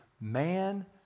man